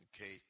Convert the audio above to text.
okay